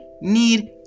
need